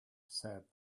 said